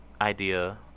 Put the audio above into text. idea